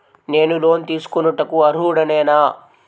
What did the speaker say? నేను లోన్ తీసుకొనుటకు అర్హుడనేన?